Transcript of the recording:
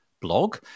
blog